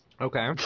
Okay